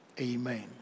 Amen